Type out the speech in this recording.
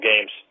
games